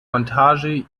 montage